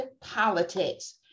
politics